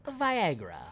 viagra